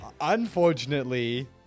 Unfortunately